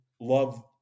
love